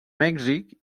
mèxic